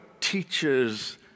teaches